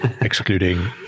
excluding